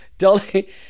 Dolly